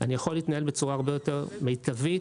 אני יכול להתנהל בצורה הרבה יותר מיטבית